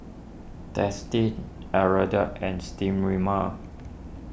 Dentiste Hirudoid and Sterimar